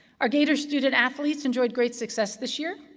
our gator student athletes enjoyed great success this year.